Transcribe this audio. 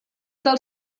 del